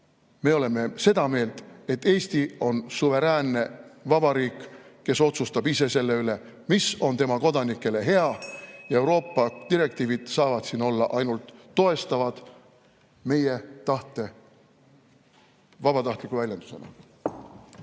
Me oleme seda meelt, et Eesti on suveräänne vabariik, kes otsustab ise selle üle, mis on tema kodanikele hea. Euroopa direktiivid saavad siin olla ainult toestavad, meie tahte vabatahtliku väljendusena.